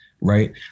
right